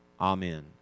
Amen